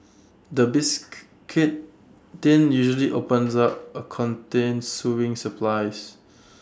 the biscuit tin usually opens up to contain sewing supplies